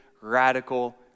radical